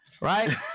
Right